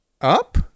up